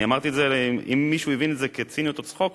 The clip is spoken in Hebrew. אם מישהו הבין את זה כציניות או צחוק,